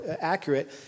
accurate